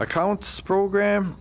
accounts program